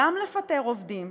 גם לפטר עובדים,